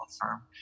firm